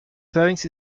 trainings